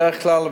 בדרך כלל,